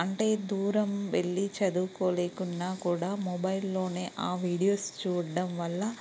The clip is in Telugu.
అంటే దూరం వెళ్ళి చదువుకో లేకున్నా కూడా మొబైల్లోనే ఆ వీడియోస్ చూడడం వల్ల